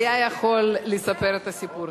היה יכול לספר את הסיפור.